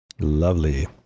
Lovely